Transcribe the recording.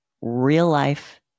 real-life